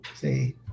say